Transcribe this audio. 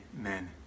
amen